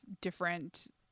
different